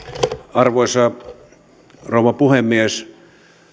arvoisa rouva puhemies